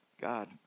God